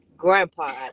grandpa